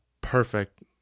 perfect